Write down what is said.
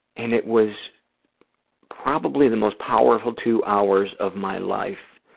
and it was probably the most powerful two hours of my life.